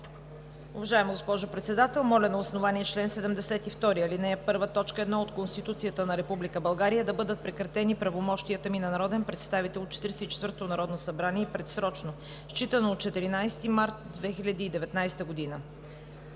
„Уважаема госпожо Председател, моля на основание чл. 72, ал. 1, т. 1 от Конституцията на Република България да бъдат прекратени правомощията ми на народен представител от Четиридесет и четвъртото народно събрание предсрочно, считано от 14 март 2019 г.“